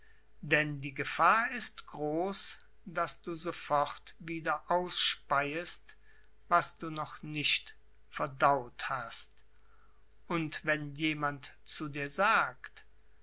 denn die gefahr ist groß daß du sofort wieder ausspeiest was du noch nicht verdaut hast und wenn jemand zu dir sagt